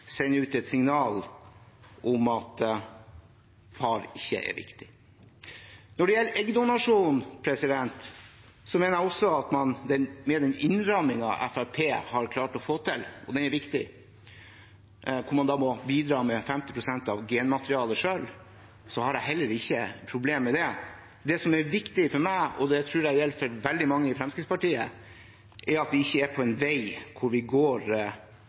ut et signal om at far ikke er viktig. Når det gjelder eggdonasjon, mener jeg at med den innrammingen Fremskrittspartiet har klart å få til – og den er viktig, at man må bidra med 50 pst. av genmaterialet selv – har jeg heller ikke problem med det. Det som er viktig for meg, og det tror jeg gjelder for veldig mange i Fremskrittspartiet, er at vi ikke er på vei mot å legge til rette for surrogati. Det er ikke en